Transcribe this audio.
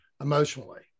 emotionally